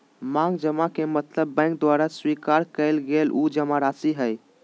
मांग जमा के मतलब बैंक द्वारा स्वीकार कइल गल उ जमाराशि हइ